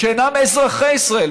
שאינם אזרחי ישראל,